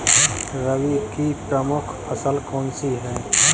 रबी की प्रमुख फसल कौन सी है?